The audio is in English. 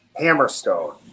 Hammerstone